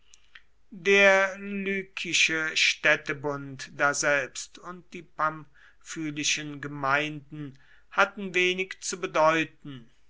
der lykische städtebund daselbst und die pamphylischen gemeinden hatten wenig zu bedeuten